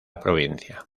provincia